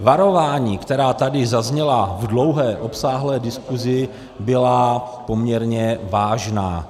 Varování, která tady zazněla v dlouhé, obsáhlé diskusi, byla poměrně vážná.